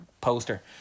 poster